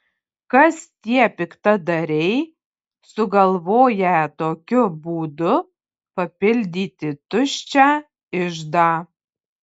kas tie piktadariai sugalvoję tokiu būdu papildyti tuščią iždą